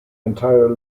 entire